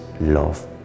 love